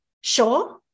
sure